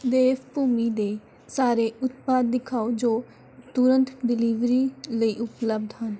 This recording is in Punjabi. ਦੇਵਭੂਮੀ ਦੇ ਸਾਰੇ ਉਤਪਾਦ ਦਿਖਾਓ ਜੋ ਤੁਰੰਤ ਡਿਲੀਵਰੀ ਲਈ ਉਪਲਬਧ ਹਨ